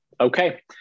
okay